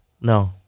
No